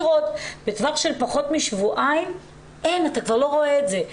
בטווח של פחות משבועיים אתה כבר לא רואה את זה.